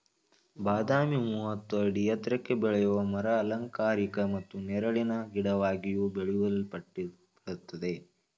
ಬಾದಾಮಿ ಮೂವತ್ತು ಅಡಿ ಎತ್ರಕ್ಕೆ ಬೆಳೆಯೋ ಮರ ಅಲಂಕಾರಿಕ ಮತ್ತು ನೆರಳಿನ ಗಿಡವಾಗಿಯೂ ಬೆಳೆಯಲ್ಪಡ್ತದೆ